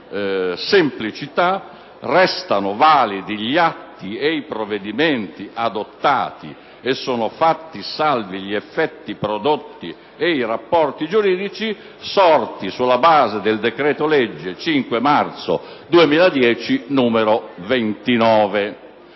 semplicità: «Restano validi gli atti e i provvedimenti adottati e sono fatti salvi gli effetti prodotti e i rapporti giuridici sorti sulla base del decreto-legge 5 marzo 2010, n. 29».